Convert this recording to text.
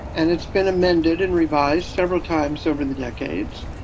and it's been amended and revised several times over the decades.